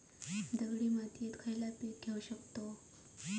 दगडी मातीत खयला पीक घेव शकताव?